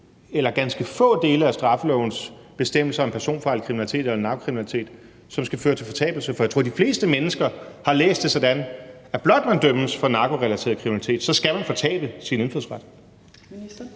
eller ganske få dele af straffelovens bestemmelser om personfarlig kriminalitet eller narkokriminalitet, som skal føre til fortabelse? For jeg tror, at de fleste mennesker har læst det sådan, at blot man dømmes for narkorelateret kriminalitet, skal man fortabe sin indfødsret.